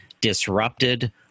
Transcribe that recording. disrupted